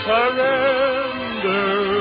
surrender